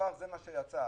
מה שיצא.